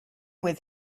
with